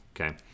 okay